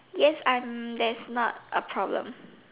yes I'm that's not a problem